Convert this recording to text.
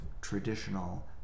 traditional